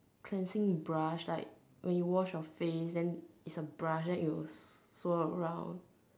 can see brush like when you wash your face then it's a brush then it will follow around